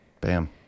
Bam